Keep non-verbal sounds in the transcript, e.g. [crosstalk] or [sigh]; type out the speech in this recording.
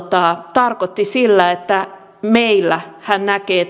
tarkoitti sillä että meillä täällä hän näkee [unintelligible]